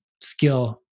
skill